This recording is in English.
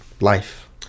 life